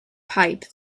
pipe